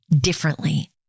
differently